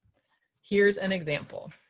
here's an example.